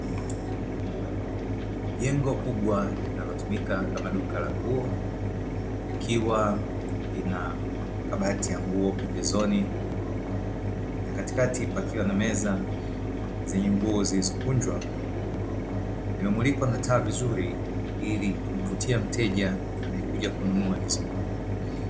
Jengo kubwa linalotumika kama duka la nguo likiwa na makabati ya nguo pembezoni na katikati kukiwa na meza zenye nguo zilizokunjwa, zimemulikwa na taa vizuri ili kumvutia mteja anayekuja kununua nguo hizo.